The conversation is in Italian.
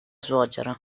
suocera